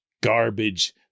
garbage